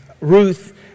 Ruth